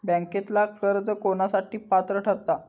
बँकेतला कर्ज कोणासाठी पात्र ठरता?